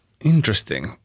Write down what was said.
interesting